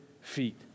feet